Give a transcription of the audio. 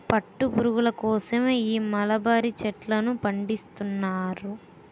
పట్టు పురుగుల కోసమే ఈ మలబరీ చెట్లను పండిస్తున్నా